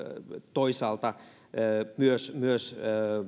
toisaalta myös myös